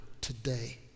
today